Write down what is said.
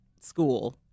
school